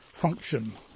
function